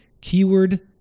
Keyword